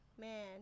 man